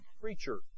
creature